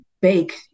bake